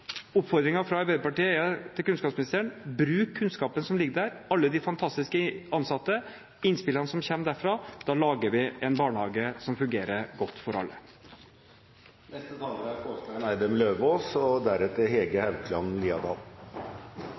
Oppfordringen fra Arbeiderpartiet til kunnskapsministeren er: Bruk kunnskapen som ligger der, alle de fantastiske ansatte, innspillene som kommer derfra. Da lager vi en barnehage som kan fungere godt for alle. Den jevne og vedvarende styrkingen av barnehagetilbudet som denne regjeringen gjennomfører, er